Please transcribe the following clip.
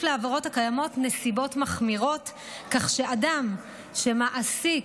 לעבירות הקיימות נסיבות מחמירות כך שאדם שמעסיק,